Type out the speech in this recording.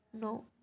No